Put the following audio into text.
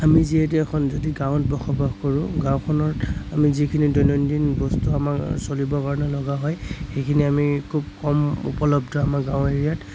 আমি যিহেতু এখন যদি গাঁৱত বসবাস কৰোঁ গাঁওখনত আমি যিখিনি দৈনন্দিন বস্তু আমাৰ চলিবৰ কাৰণে লগা হয় সেইখিনি আমি খুব কম উপলব্ধ আমাৰ গাঁও এৰিয়াত